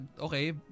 Okay